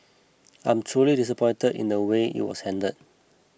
I'm truly disappointed in the way it was handled